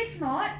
if not